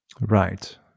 right